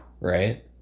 right